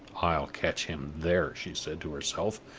i'll catch him there, she said to herself,